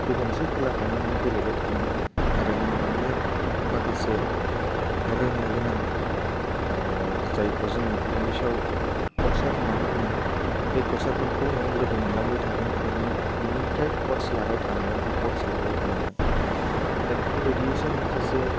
बे मोनसे खेलाखौनो नों गेलेबाय थानांगोन आरो नों बेनिनो माखासे रोंनो गोनां जायखौ जों इंग्लिसआव कचार होननानै बुङो बे कचारफोरखौ नों लोगो मोनलांबाय थागोन आरो नों बेनिफ्राय कच लाबाय थानांगोन बा कर्च लाबाय थानांगोन दा बेफोरबायदियैसो नों सासे